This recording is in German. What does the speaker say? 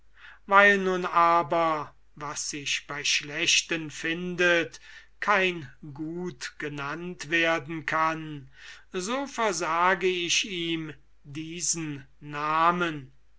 weil nun aber was sich bei schlechten findet kein gut genannt werden kann so versage ich ihm diesen namen